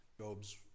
Job's